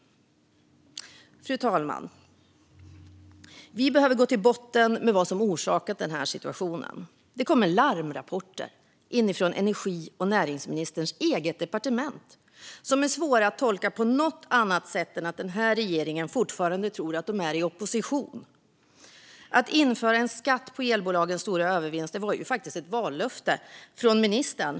Fru talman! Vi behöver gå till botten med vad som har orsakat den här situationen. Det kommer larmrapporter inifrån energi och näringsministerns eget departement som är svåra att tolka på något annat sätt än att regeringen fortfarande tror att de är i opposition. Att införa en skatt på elbolagens stora övervinster var faktiskt ett vallöfte från ministern.